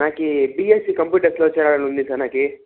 నాకీ బిఎస్సి కంప్యూటర్స్లో చేరాలని ఉంది సార్ నాకు